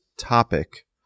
topic